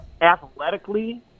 Athletically